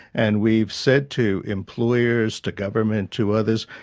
and we've said to employers, to government, to others,